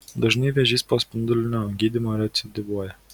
dažnai vėžys po spindulinio gydymo recidyvuoja